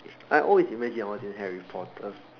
I always imagine I was in Harry Potter